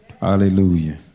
Hallelujah